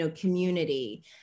community